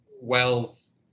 wells